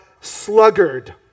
sluggard